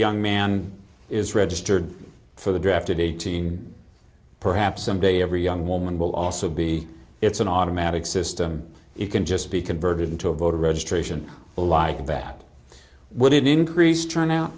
young man is registered for the draft of eighteen perhaps someday every young woman will also be it's an automatic system it can just be converted into a voter registration like that would increase turnout